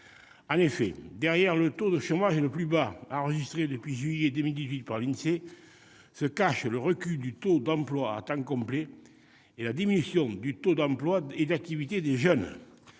En effet, derrière le taux de chômage le plus bas enregistré depuis juillet 2018 par l'Insee se cachent le recul du taux d'emploi à temps complet et la diminution des taux d'emploi et d'activité des jeunes.